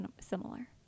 similar